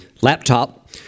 laptop